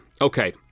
Okay